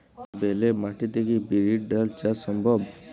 বেলে মাটিতে কি বিরির ডাল চাষ সম্ভব?